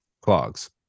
clogs